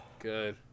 good